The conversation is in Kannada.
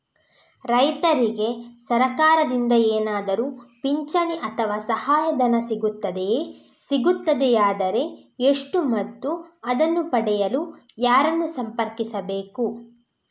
ರೈತರಿಗೆ ಸರಕಾರದಿಂದ ಏನಾದರೂ ಪಿಂಚಣಿ ಅಥವಾ ಸಹಾಯಧನ ಸಿಗುತ್ತದೆಯೇ, ಸಿಗುತ್ತದೆಯಾದರೆ ಎಷ್ಟು ಮತ್ತು ಅದನ್ನು ಪಡೆಯಲು ಯಾರನ್ನು ಸಂಪರ್ಕಿಸಬೇಕು?